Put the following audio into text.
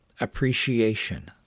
appreciation